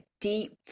deep